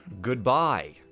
Goodbye